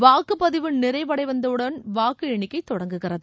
வாக்குப்பதிவு நிறைவடைந்தவுடன் வாக்கு எண்ணிக்கை தொடங்குகிறது